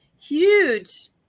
huge